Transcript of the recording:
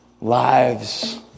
lives